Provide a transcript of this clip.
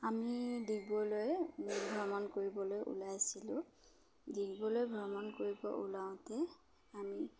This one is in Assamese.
আমি ডিগবৈলৈ ভ্ৰমণ কৰিবলৈ ওলাইছিলোঁ ডিগবৈলৈ ভ্ৰমণ কৰিব ওলাওঁতে আমি